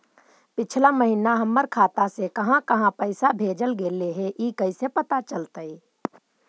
पिछला महिना हमर खाता से काहां काहां पैसा भेजल गेले हे इ कैसे पता चलतै?